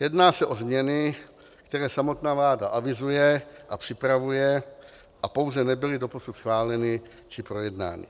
Jedná se o změny, které samotná vláda avizuje a připravuje a pouze nebyly doposud schváleny či projednány,